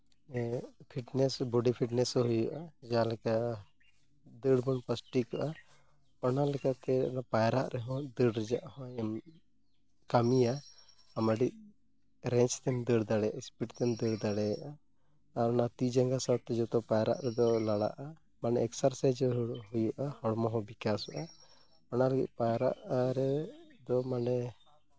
ᱤᱧᱟᱹᱜ fitness body fitness ᱦᱚᱸ ᱦᱩᱭᱩᱜᱼᱟ ᱡᱟᱦᱟᱸ ᱞᱮᱠᱟ ᱫᱟᱹᱲ ᱵᱚᱱ ᱯᱨᱮᱠᱴᱤᱥᱚᱜᱼᱟ ᱚᱱᱟ ᱞᱮᱠᱟᱛᱮ ᱯᱟᱭᱨᱟᱜ ᱨᱮᱦᱚᱸ ᱫᱟᱹᱲ ᱨᱮᱭᱟᱜ ᱦᱚᱸᱭ ᱠᱟᱹᱢᱤᱭᱟ ᱟᱢ ᱟᱹᱰᱤ ᱨᱮᱥᱛᱮᱢ ᱫᱟᱹᱲ ᱫᱟᱲᱮᱭᱟᱜᱼᱟ ᱥᱯᱤᱰ ᱛᱮᱢ ᱫᱟᱹᱲ ᱫᱟᱲᱮᱭᱟᱜᱼᱟ ᱟᱨ ᱚᱱᱟ ᱛᱤᱼᱡᱟᱸᱜᱟ ᱥᱟᱶᱛᱮ ᱡᱚᱛᱚ ᱯᱟᱭᱨᱟᱜ ᱨᱮᱫᱚ ᱞᱟᱲᱟᱜᱼᱟ ᱢᱟᱱᱮ ᱮᱠᱥᱟᱨᱥᱟᱭᱤᱡᱽ ᱦᱚᱸ ᱦᱩᱭᱩᱜᱼᱟ ᱦᱚᱲᱢᱚ ᱦᱚᱸ ᱵᱤᱠᱟᱥᱚᱜᱼᱟ ᱚᱱᱟ ᱢᱤᱫ ᱯᱟᱭᱨᱟᱜ ᱨᱮᱫᱚ ᱢᱟᱱᱮ